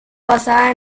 basada